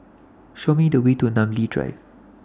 Show Me The Way to Namly Drive